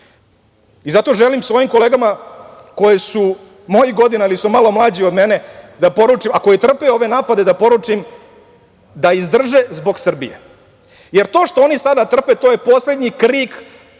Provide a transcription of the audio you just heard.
i zato želim svojim kolegama koji su mojih godina ili su malo mlađi od mene da poručim, ako i trpe ove napade, da izdrže zbog Srbije, jer to što oni sada trpe, to je poslednji krik